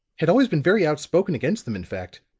had always been very outspoken against them, in fact.